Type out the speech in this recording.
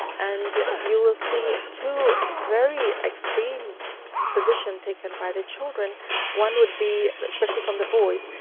and you will see two very extreme positions taken by the children one would be, especially from the boys,